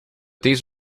these